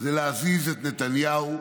זה להזיז את נתניהו,